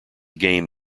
game